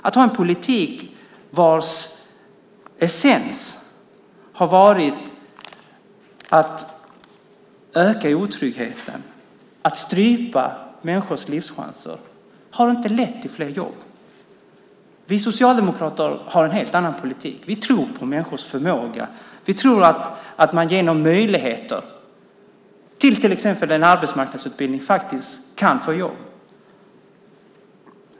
Att ha en politik vars essens har varit att öka otryggheten och strypa människors livschanser har inte lett till fler jobb. Vi socialdemokrater har en helt annan politik. Vi tror på människors förmåga. Vi tror att man till exempel genom möjligheter till en arbetsmarknadsutbildning kan få jobb.